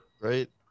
Right